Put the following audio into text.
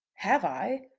have i?